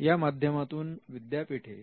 या माध्यमातून विद्यापीठे